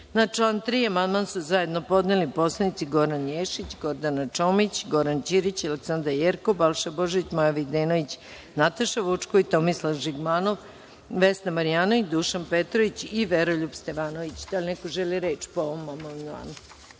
član 3. amandman su zajedno podneli narodni poslanici Goran Ješić, Gordana Čomić, Goran Ćirić, Aleksandra Jerkov, Balša Božović, Maja Videnović, Nataša Vučković, Tomislav Žigmanov, Vesna Marjanović, Dušan Petrović i Veroljub Stevanović. Da li neko želi reč po ovom amandmanu?